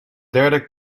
derde